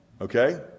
Okay